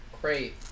Great